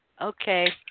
Okay